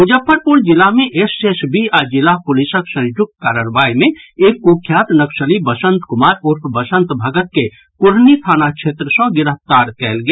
मुजफ्फरपुर जिला मे एसएसबी आ जिला पुलिसक संयुक्त कार्रवाई मे एक कुख्यात नक्सली वसंत कुमार उर्फ वसंत भगत के कुढ़नी थाना क्षेत्र सँ गिरफ्तार कयल गेल